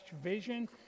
vision